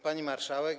Pani Marszałek!